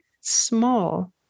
small